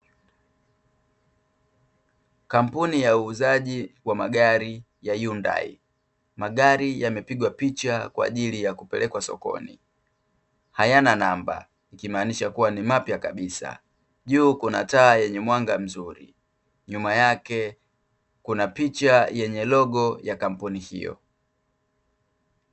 Kampuni ya uuzaji wa magari ya HYUNDAI ,magari yamepigwa picha kwaajili ya kupelekwa sokoni, hayana namba, ikimaanisha kuwa ni mapya kabisa, juu kuna taa yenye mwanga mzuri, nyuma yake kuna picha yenye logo ya kampuni hiyo.